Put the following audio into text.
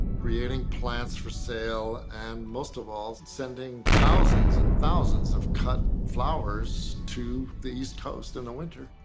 creating plants for sale, and most of all, sending thousands and thousands of cut flowers to the east coast in the winter.